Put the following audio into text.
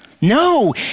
No